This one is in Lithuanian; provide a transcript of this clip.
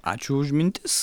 ačiū už mintis